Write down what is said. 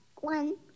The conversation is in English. One